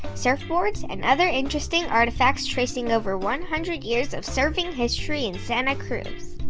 surfboards and other interesting artifacts tracing over one hundred years of surfing history in santa cruz.